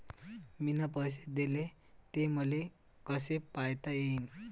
मिन पैसे देले, ते मले कसे पायता येईन?